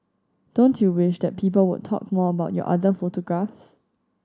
don't you wish that people would talk more about your other photographs